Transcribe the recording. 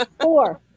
Four